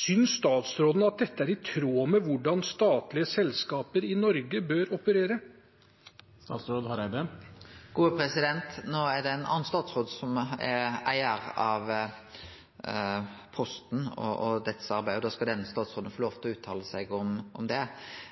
synes statsråden at dette er i tråd med hvordan statlige selskaper i Norge bør operere? Det er ein annan statsråd som er eigar av Posten og deira arbeid, og da skal den statsråden få lov til å uttale seg om det. Eg tenkjer som så at det